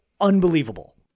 unbelievable